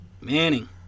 Manning